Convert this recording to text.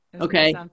Okay